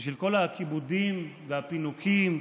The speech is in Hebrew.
בשביל כל הכיבודים והפינוקים?